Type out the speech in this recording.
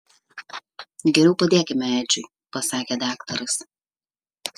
geriau padėkime edžiui pasakė daktaras